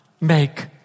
make